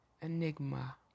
enigma